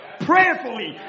prayerfully